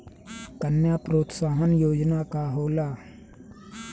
कन्या प्रोत्साहन योजना का होला?